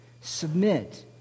Submit